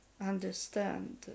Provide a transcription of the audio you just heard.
understand